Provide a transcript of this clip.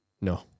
No